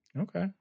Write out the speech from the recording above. Okay